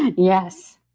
yes